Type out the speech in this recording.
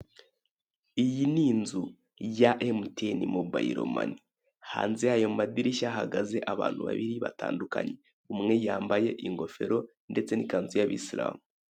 Iyi ni inzu ya emutiyeni mobayilo mani hanze y'ayo madirishya hahagaze abantu babiri batandukanye umwe yambaye ingefero ndetse n'ikanzu y'abisilamu.